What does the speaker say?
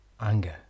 anger